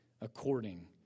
according